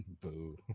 Boo